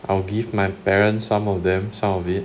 I will give my parents some of them some of it